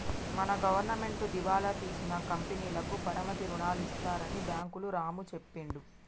మన గవర్నమెంటు దివాలా తీసిన కంపెనీలకు పరపతి రుణాలు ఇస్తారని బ్యాంకులు రాము చెప్పిండు